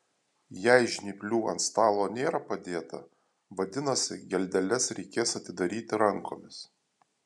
jei žnyplių ant stalo nėra padėta vadinasi geldeles reikės atidaryti rankomis